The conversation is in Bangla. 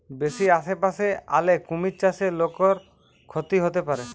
বেশি আশেপাশে আলে কুমির চাষে লোকর ক্ষতি হতে পারে